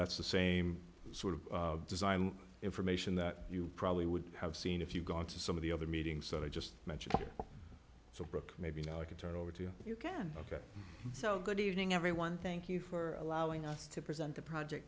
that's the same sort of design information that you probably would have seen if you'd gone to some of the other meetings that i just mentioned so brooke maybe now i can turn over to you if you can ok so good evening everyone thank you for allowing us to present the project